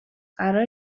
قراره